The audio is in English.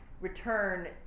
return